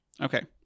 okay